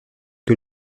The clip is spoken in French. que